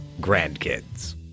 grandkids